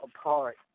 apart